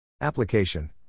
Application